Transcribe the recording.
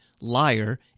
liar